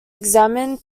examined